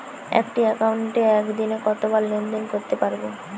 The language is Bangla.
একটি একাউন্টে একদিনে কতবার লেনদেন করতে পারব?